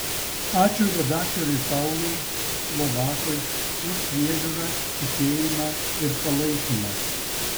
ačiū redaktoriui paului slovakui už priežiūrą tikėjimą ir palaikymą